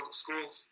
schools